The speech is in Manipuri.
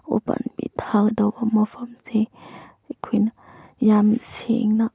ꯎ ꯄꯥꯝꯕꯤ ꯊꯥꯗꯧꯕ ꯃꯐꯝꯁꯤ ꯑꯩꯈꯣꯏꯅ ꯌꯥꯝ ꯁꯦꯡꯅ